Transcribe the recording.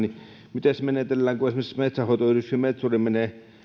mites menetellään kun esimerkiksi metsänhoitoyhdistyksen metsuri menee